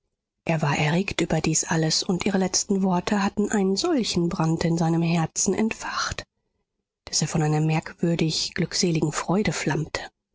er war erregt über dies alles und ihre letzten worte hatten einen solchen brand in seinem herzen entfacht daß er von einer merkwürdig glückseligen freude flammte